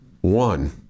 One